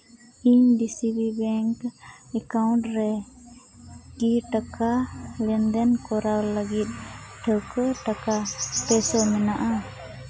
ᱤᱧᱟᱹᱜ DCB bank account ᱨᱮ ᱛᱤᱱᱟᱹᱜ ᱴᱟᱠᱟ ᱞᱮᱱᱫᱮᱱ ᱠᱚᱨᱟᱣ ᱞᱟᱹᱜᱤᱫ ᱴᱷᱟᱹᱣᱠᱟᱹ ᱴᱟᱠᱟ ᱯᱮ ᱥᱚᱟᱭ ᱢᱮᱱᱟᱜᱼᱟ